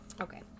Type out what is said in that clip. Okay